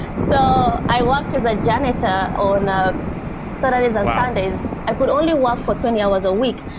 so i worked as a janitor on ah saturdays and sundays i could only work for twenty hours a week.